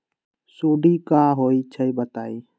सुडी क होई छई बताई?